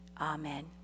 amen